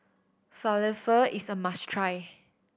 falafel is a must try